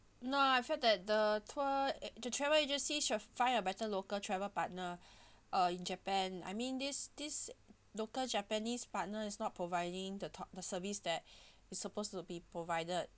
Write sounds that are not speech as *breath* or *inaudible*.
no I felt that the tour *noise* the travel agency should find a better local travel partner *breath* uh in japan I mean this this local japanese partner is not providing the top the service that *breath* is supposed to be provided